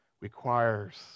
requires